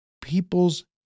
people's